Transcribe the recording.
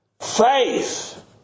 Faith